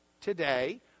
today